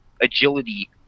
Agility